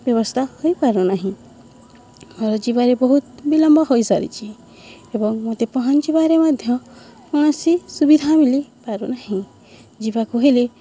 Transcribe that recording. ବ୍ୟବସ୍ଥା ହୋଇପାରୁ ନାହିଁ ମୋର ଯିବାରେ ବହୁତ ବିିଳମ୍ବ ହୋଇସାରିଛିି ଏବଂ ମୋତେ ପହଞ୍ଚିବାରେ ମଧ୍ୟ କୌଣସି ସୁବିଧା ମିଳିପାରୁ ନାହିଁ ଯିବାକୁ ହେଲେ